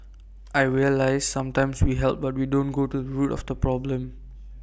I realised sometimes we help but we don't go to root of the problem